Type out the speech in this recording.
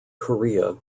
korea